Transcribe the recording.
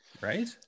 right